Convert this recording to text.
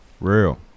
Real